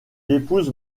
épouse